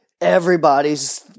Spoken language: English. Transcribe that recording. everybody's